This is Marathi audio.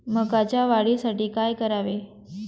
मकाच्या वाढीसाठी काय करावे?